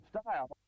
Style